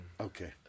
Okay